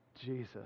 Jesus